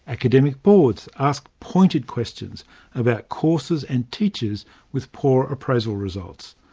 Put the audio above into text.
academic boards ask pointed questions about courses and teachers with poor appraisal results.